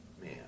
man